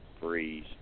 freeze